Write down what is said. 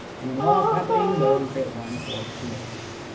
and then while that's happening, go and create one for preact.